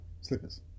slippers